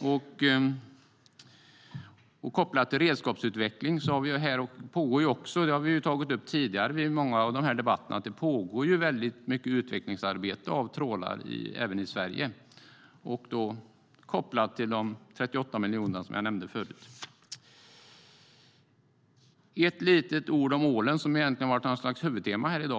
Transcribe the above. rakt av. Kopplat till redskapsutveckling och de 38 miljoner jag nämnde förut pågår mycket utvecklingsarbete för trålar även i Sverige. Det har vi tagit upp tidigare i många debatter. Jag vill säga ett litet ord om ålen, som har varit ett slags huvudtema här i dag.